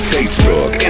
Facebook